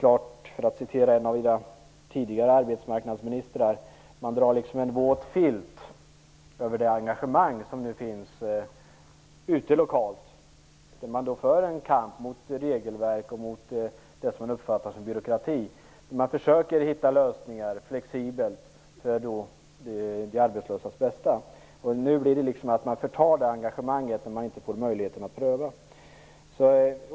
För att citera en tidigare arbetsmarknadsminister: Man drar en våt filt över det engagemang som nu finns lokalt, där man för en kamp mot regelverk och mot det man uppfattar som byråkrati och där man försöker att hitta flexibla lösningar för de arbetslösas bästa. Nu förtas det engagemanget när man inte får möjlighet att pröva.